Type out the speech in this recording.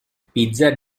pizza